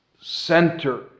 center